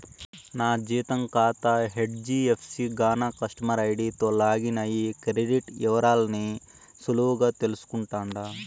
నా జీతం కాతా హెజ్డీఎఫ్సీ గాన కస్టమర్ ఐడీతో లాగిన్ అయ్యి క్రెడిట్ ఇవరాల్ని సులువుగా తెల్సుకుంటుండా